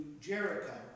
Jericho